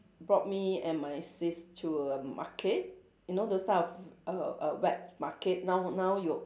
brought me and my sis to a market you know those type of err err wet market now now yo~